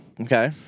Okay